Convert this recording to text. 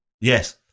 Yes